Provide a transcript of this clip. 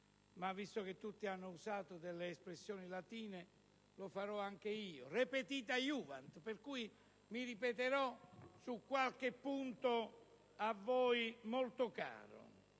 ma visto che tutti hanno usato espressioni latine, lo farò anche io: *repetita iuvant*! Pertanto, mi ripeterò su qualche punto a voi molto caro.